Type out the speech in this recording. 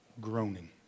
groaning